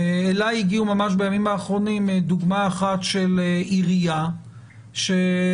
אליי הגיעה ממש בימים האחרונים דוגמה אחת של עירייה שחברת